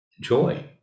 joy